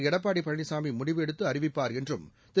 எடப்பாடி பழனிசாமி முடிவு எடுத்து அறிவிப்பாள் என்றும் திரு